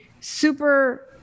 super